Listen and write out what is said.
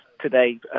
today